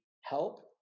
help